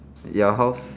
your house